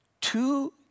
two